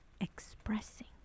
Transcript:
expressing